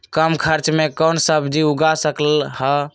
कम खर्च मे कौन सब्जी उग सकल ह?